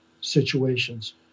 situations